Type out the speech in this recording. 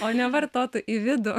o ne vartotų į vidų